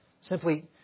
Simply